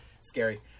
Scary